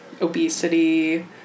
obesity